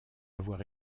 avoir